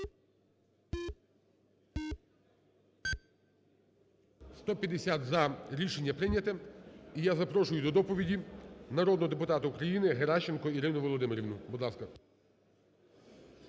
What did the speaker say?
За-150 Рішення прийняте. І я запрошую до доповіді народного депутата України Геращенко Ірину Володимирівну. Будь ласка.